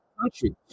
country